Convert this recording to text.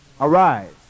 Arise